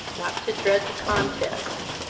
not to dread the contest.